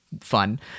fun